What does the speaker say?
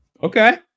Okay